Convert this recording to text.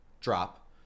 drop